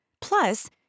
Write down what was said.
Plus